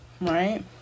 right